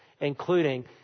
including